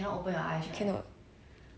that [one]